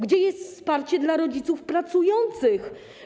Gdzie jest wsparcie dla rodziców pracujących?